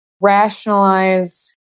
rationalize